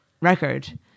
Record